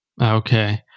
Okay